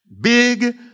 Big